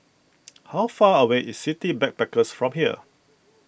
how far away is City Backpackers from here